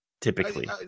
typically